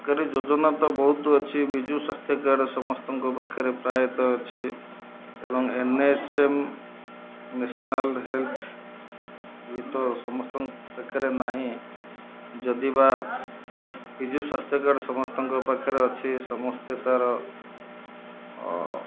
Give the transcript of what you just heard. ସରକାରୀ ଯୋଜନା ତ ବହୁତ ଅଛି ବିଜୁ ସ୍ୱାସ୍ଥ୍ୟ କାର୍ଡ଼୍ ସମସ୍ତଙ୍କ ପାଖରେ ପ୍ରାୟତଃ ଅଛି ଏବଂ N H M national health ଇଏ ତ ସମସ୍ତଙ୍କ ପାଖରେ ନାହିଁ ଯଦିଅବା ବିଜୁ ସ୍ୱାସ୍ଥ୍ୟ କାର୍ଡ଼୍ ସମସ୍ତଙ୍କ ପାଖରେ ଅଛି ସମସ୍ତେ ତାର